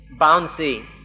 bouncy